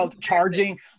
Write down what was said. charging